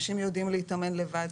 אנשים יודעים להתאמן לבד,